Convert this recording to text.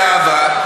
זהבה,